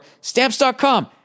Stamps.com